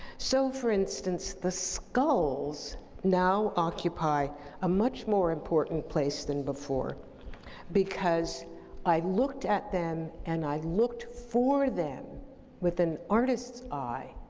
so for instance, the skulls now occupy a much more important place than before because i looked at them and i looked for them with an artist's eye,